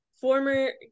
former